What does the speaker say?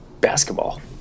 Basketball